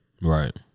right